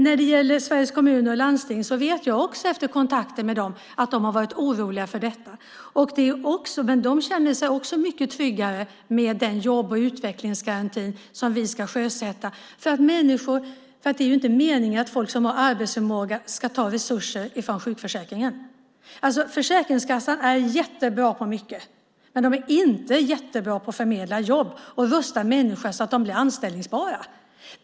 När det gäller Sveriges Kommuner och Landsting vet jag också efter kontakter med dem att de har varit oroliga för detta. Men de känner sig också mycket tryggare med den jobb och utvecklingsgaranti som vi ska sjösätta. Det är ju inte meningen att folk som har arbetsförmåga ska ta resurser från sjukförsäkringen. Försäkringskassan är jättebra på mycket, men de är inte jättebra på att förmedla jobb och rusta människor så att de blir anställningsbara.